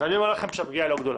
ואני אומר לכם שהפגיעה לא גדולה.